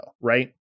right